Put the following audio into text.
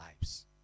lives